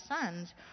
sons